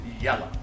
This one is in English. Yellow